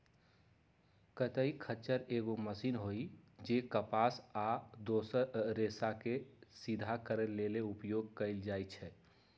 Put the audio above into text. कताइ खच्चर एगो मशीन हइ जे कपास आ आन दोसर रेशाके सिधा करे लेल उपयोग कएल जाइछइ